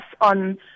on